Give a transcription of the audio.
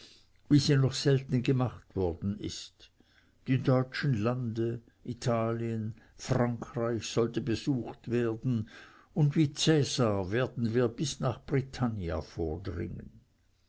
wie sie noch selten gemacht worden ist die deutschen lande italien frankreich sollen besucht werden und wie cäsar werden wir bis nach britannia vordringen